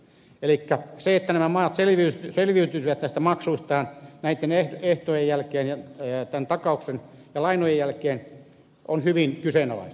elikkä se että nämä maat selviytyisivät näistä maksuistaan näitten ehtojen jälkeen ja tämän takauksen ja lainojen jälkeen on hyvin kyseenalaista